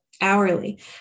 hourly